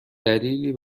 دلیلی